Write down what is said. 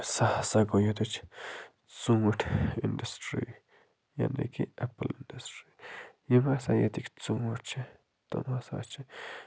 سُہ ہسا گو ییٚتِچ ژُوٗنٹھۍ اِنٛڈَسٹری یعنی کہ اٮ۪پُل اِنٛڈَسٹری یِم ہسا ییٚتِکۍ ژوٗنٹۍ چھِ تِم ہسا چھِ